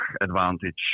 advantage